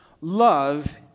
love